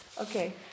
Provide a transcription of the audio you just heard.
Okay